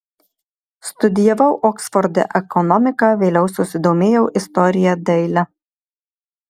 studijavau oksforde ekonomiką vėliau susidomėjau istorija daile